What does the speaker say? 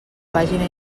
pàgina